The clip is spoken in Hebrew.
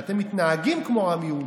כשאתם מתנהגים כמו עם יהודי.